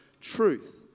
truth